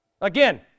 Again